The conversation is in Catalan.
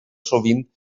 sovint